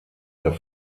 der